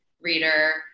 reader